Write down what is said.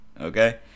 Okay